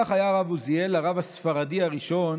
כך היה הרב עוזיאל לרב הספרדי הראשון